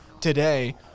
today